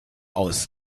aus